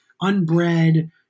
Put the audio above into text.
unbred